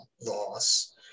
loss